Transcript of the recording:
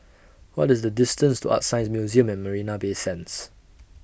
What IS The distance to ArtScience Museum At Marina Bay Sands